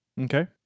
okay